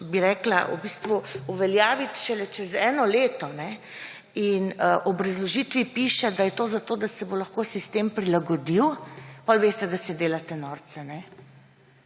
zadeve, v bistvu uveljaviti šele čez eno leto in v obrazložitvi piše, da je to zato, da se bo lahko sistem prilagodil, potem veste, da se delate norca.